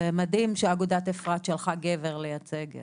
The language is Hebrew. זה מדהים שאגודת אפרת שלחה לפה גבר לייצג.